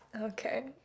Okay